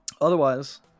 otherwise